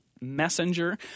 messenger